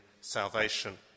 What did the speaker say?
Salvation